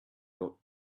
got